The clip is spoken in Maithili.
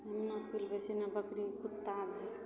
एना पिलबै छै जेना बकरी कुत्ता भेल